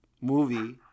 movie